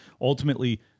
ultimately